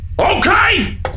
Okay